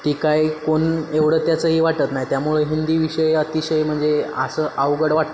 ती काय कोण एवढं त्याचंही वाटत नाही त्यामुळे हिंदी विषय अतिशय म्हणजे असं अवघड वाटतं